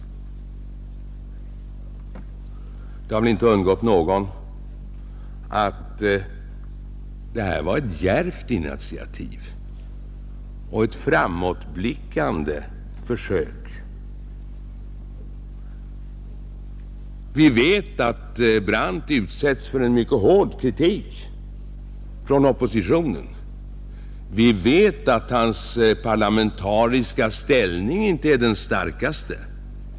Det har väl inte undgått någon att detta var ett djärvt initiativ och ett framåtblickande försök. Vi vet att Brandt utsätts för en mycket hård kritik från oppositionen, och vi vet att hans parlamentariska ställning inte är den starkaste.